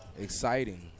exciting